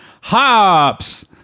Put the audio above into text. hops